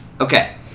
Okay